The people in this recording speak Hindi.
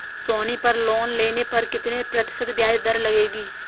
सोनी पर लोन लेने पर कितने प्रतिशत ब्याज दर लगेगी?